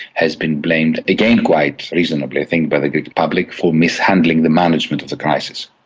has been blamed again quite reasonably i think by the greek public for mishandling the management of the crisis.